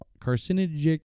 carcinogenic